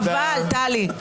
חבל, טלי.